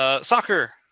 Soccer